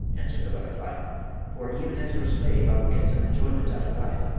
answered the butterfly for even as your slave i will get some enjoyment out of life,